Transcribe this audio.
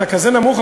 אתה כזה נמוך,